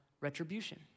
retribution